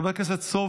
חבר הכנסת שקלים,